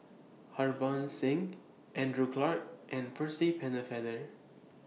Harbans Singh Andrew Clarke and Percy Pennefather